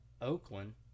Oakland